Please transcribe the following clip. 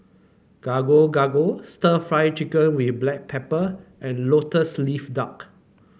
Gado Gado Stir Fried Chicken with Black Pepper and lotus leaf duck